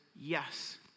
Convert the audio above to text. yes